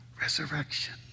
resurrection